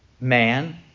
man